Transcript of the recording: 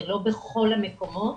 זה לא בכל המקומות.